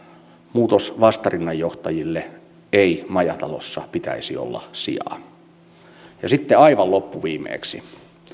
muutosvastarinnanjohtajille ei majatalossa pitäisi olla sijaa sitten aivan loppuviimeksi